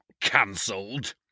cancelled